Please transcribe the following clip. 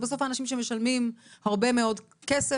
בסוף האנשים שמשלמים הרבה מאוד כסף